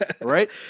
right